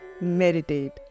Meditate